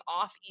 off